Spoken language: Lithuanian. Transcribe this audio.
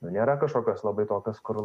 nu nėra kažkokios labai tokios kur